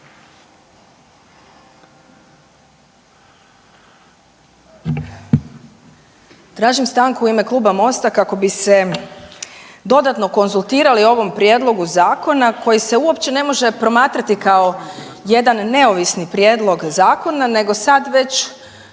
Tražim stanku u ime Kluba MOST-a kako bi se dodatno konzultirali o ovom prijedlogu zakona koji se uopće ne može promatrati kao jedan neovisni prijedlog zakona nego sad već